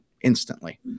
instantly